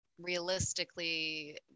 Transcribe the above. realistically